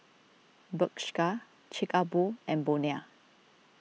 Bershka Chic A Boo and Bonia